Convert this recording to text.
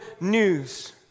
news